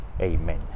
Amen